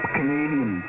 Canadian